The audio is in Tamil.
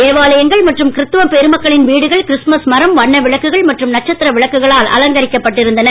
தேவாலயங்கள்மற்றும்கிறிஸ்தவபெருமக்களின்வீடுகள்கிறிஸ்துமஸ்மரம் வண்ணவிளக்குகள்மற்றும்நட்சத்திரவிளக்குகளால்அலங்கரிக்கப்பட்டிருந் தன